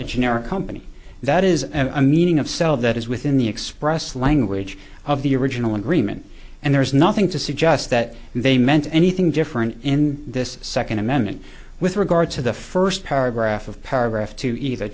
a generic company that is a meaning of sell that is within the express language of the original agreement and there's nothing to suggest that they meant anything to in this second amendment with regard to the first paragraph of paragraph two e